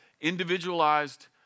individualized